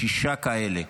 יש שישה כאלה,